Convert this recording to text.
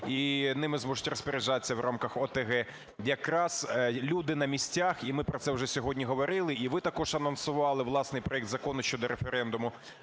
і ними зможуть розпоряджатися в рамках ОТГ якраз люди на місцях, і ми про це вже сьогодні говорили, і ви також анонсували власний проект закону щодо референдуму.